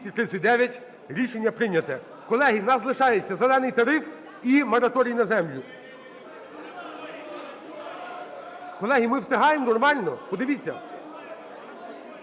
Рішення прийнято. Колеги, в нас лишається "зелений" тариф і мораторій на землю. Колеги, ми встигаємо нормально, подивіться.